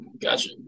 gotcha